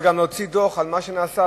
וגם להוציא דוח על מה שנעשה,